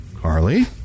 Carly